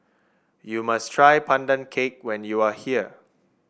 you must try Pandan Cake when you are here